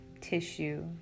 tissue